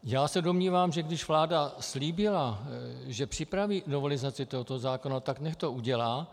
Já se domnívám, že když vláda slíbila, že připraví novelizaci tohoto zákona, nechť to udělá.